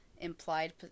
implied